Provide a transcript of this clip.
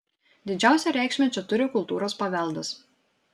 didžiausią reikšmę čia turi kultūros paveldas